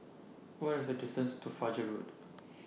What IS The distance to Fajar Road